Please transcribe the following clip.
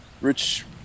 rich